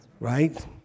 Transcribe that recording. Right